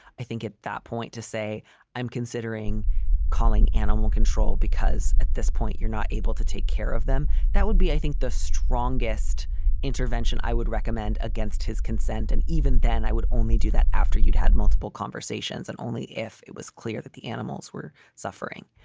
i think at that point to say i'm considering calling animal control because at this point you're not able to take care of them. that would be, i think, the strongest intervention i would recommend against his consent and even then, i would only do that after you'd had multiple conversations and only if it was clear that the animals were suffering,